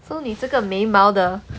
so 你这个眉毛的